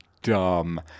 dumb